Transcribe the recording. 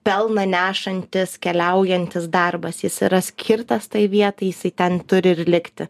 pelną nešantis keliaujantis darbas jis yra skirtas tai vietai jisai ten turi ir likti